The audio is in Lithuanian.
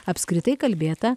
apskritai kalbėta